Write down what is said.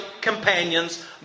companions